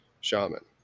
shaman